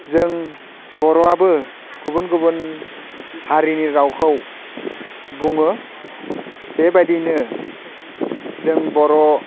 जों बर'आबो गुबुन गुबुन हारिनि रावखौ बुङो बेबायदिनो जों बर'